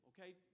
okay